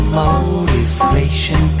motivation